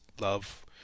love